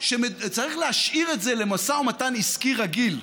שצריך להשאיר את זה למשא ומתן עסקי רגיל,